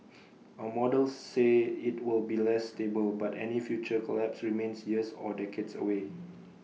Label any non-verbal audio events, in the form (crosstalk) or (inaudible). (noise) our models say IT will be less stable but any future collapse remains years or decades away